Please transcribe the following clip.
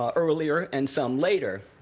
um earlier and some later.